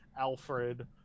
alfred